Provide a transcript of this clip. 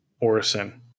Orison